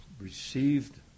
received